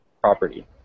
property